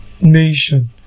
nation